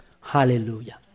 Hallelujah